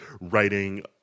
writing